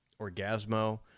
Orgasmo